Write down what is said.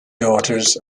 daughters